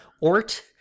Ort